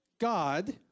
God